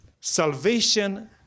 Salvation